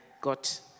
got